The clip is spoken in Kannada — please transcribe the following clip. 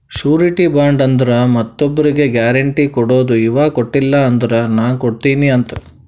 ಶುರಿಟಿ ಬಾಂಡ್ ಅಂದುರ್ ಮತ್ತೊಬ್ರಿಗ್ ಗ್ಯಾರೆಂಟಿ ಕೊಡದು ಇವಾ ಕೊಟ್ಟಿಲ ಅಂದುರ್ ನಾ ಕೊಡ್ತೀನಿ ಅಂತ್